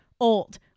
old